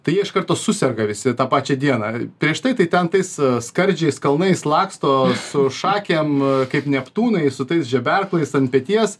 tai jie iš karto suserga visi tą pačią dieną prieš tai tai ten tais skardžiais kalnais laksto su šakėm kaip neptūnai su tais žeberklais ant peties